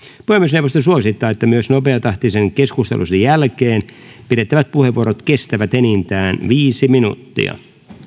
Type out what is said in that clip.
puhemiesneuvosto suosittaa että myös nopeatahtisen keskusteluosuuden jälkeen pidettävät puheenvuorot kestävät enintään viisi minuuttia